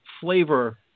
flavor